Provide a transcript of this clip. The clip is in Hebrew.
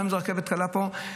גם הרכבת הקלה פה,